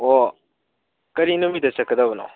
ꯑꯣ ꯀꯔꯤ ꯅꯨꯃꯤꯠꯇ ꯆꯠꯀꯗꯕꯅꯣ